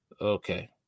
Okay